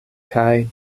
kaj